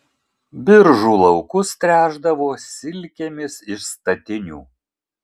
biržų laukus tręšdavo silkėmis iš statinių